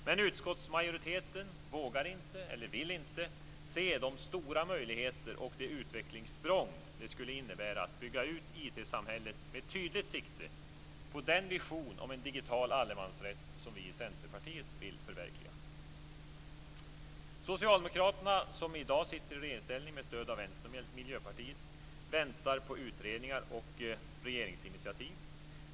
Men utskottsmajoriteten vågar inte, eller vill inte, se de stora möjligheter och det utvecklingssprång det skulle innebära att bygga ut IT-samhället med tydligt sikte på den vision om en digital allemansrätt som vi i Centerpartiet vill förverkliga. Socialdemokraterna, som i dag sitter i regeringsställning med stöd av Vänstern och Miljöpartiet, väntar på utredningar och regeringsinitiativ.